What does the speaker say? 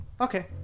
Okay